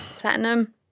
Platinum